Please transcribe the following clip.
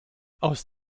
aus